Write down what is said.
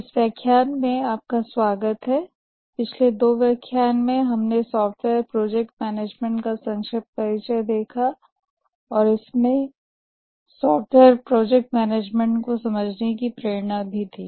इस व्याख्यान में आपका स्वागत है पिछले दो व्याख्यान में हमने सॉफ्टवेयर प्रोजेक्ट मैनेजमेंट का संक्षिप्त परिचय देखा और इसमें सॉफ्टवेयर प्रोजेक्ट मैनेजमेंट को समझने की प्रेरणा भी थी